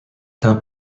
tint